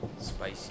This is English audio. Spicy